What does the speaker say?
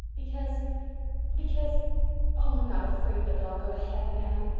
because because oh, i'm not afraid but that i'll go to heaven, anne.